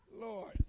Lord